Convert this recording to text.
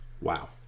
Wow